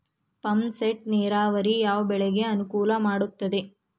Pump set ನೇರಾವರಿ ಯಾವ್ ಬೆಳೆಗೆ ಅನುಕೂಲ ಮಾಡುತ್ತದೆ?